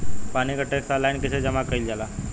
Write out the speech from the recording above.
पानी क tax online कईसे जमा कईल जाला?